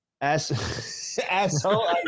Asshole